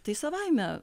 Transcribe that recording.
tai savaime